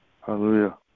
Hallelujah